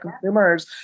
consumers